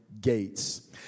gates